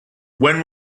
when